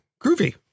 groovy